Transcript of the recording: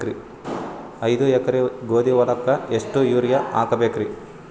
ಐದ ಎಕರಿ ಗೋಧಿ ಹೊಲಕ್ಕ ಎಷ್ಟ ಯೂರಿಯಹಾಕಬೆಕ್ರಿ?